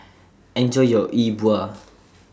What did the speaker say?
Enjoy your E Bua